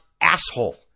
asshole